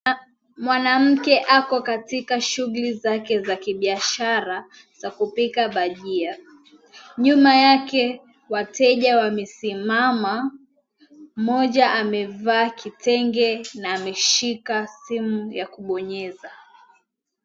Mwanamke ako katika shughuli zake za kibiashara, za kupika bhajia. Nyuma yake wateja wamesimama, mmoja amevaa kitenge na ameshika simu ya kubonyeza.